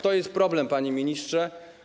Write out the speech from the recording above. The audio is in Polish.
To jest problem, panie ministrze.